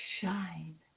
shine